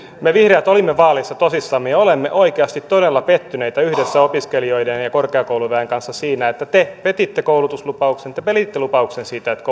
me vihreät olimme vaaleissa tosissamme ja olemme oikeasti todella pettyneitä yhdessä opiskelijoiden ja korkeakouluväen kanssa siihen että te petitte koulutuslupauksen te petitte lupauksen siitä että